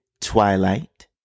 Twilight